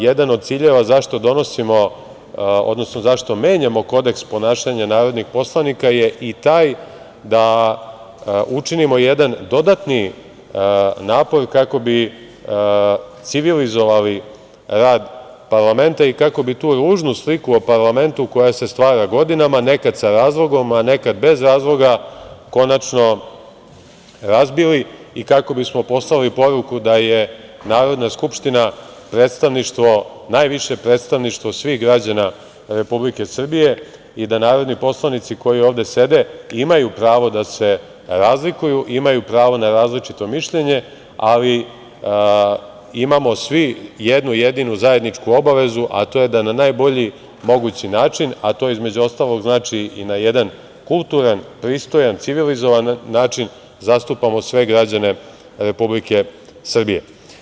Jedan od ciljeva zašto donosimo, odnosno zašto menjamo Kodeks ponašanja narodnih poslanika je i taj da učinimo jedan dodatni napor kako bi civilizovali rad parlamenta i kako bi tu ružnu sliku o parlamentu koja se stvara godinama, nekad sa razlogom, a nekad bez razloga, konačno razbili i kako bismo poslali poruku da je Narodna skupština predstavništvo, najviše predstavništvo svih građana Republike Srbije i da narodni poslanici koji ovde sede imaju pravo da se razlikuju, imaju pravo na različito mišljenje, ali imamo svi jednu jedinu zajedničku obavezu, a to je da na najbolji mogući način, a to između ostalog znači i na jedan kulturan, pristojan, civilizovan način, zastupamo sve građane Republike Srbije.